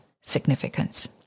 significance